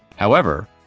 however,